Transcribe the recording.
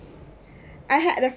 I have to